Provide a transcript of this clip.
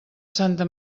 santa